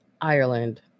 Ireland